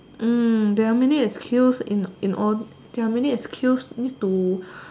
there are many excuse in in all there are many excuse need to